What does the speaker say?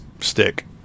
stick